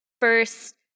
first